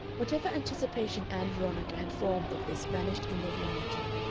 whatever anticipation ann veronica had formed of this vanished in the reality.